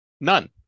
none